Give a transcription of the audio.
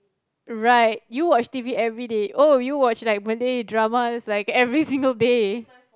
right you watch t_v everyday oh you watch like Malay dramas like every single day